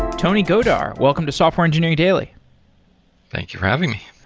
tony godar, welcome to software engineering daily thank you for having me.